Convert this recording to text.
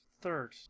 third